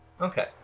okay